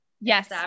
Yes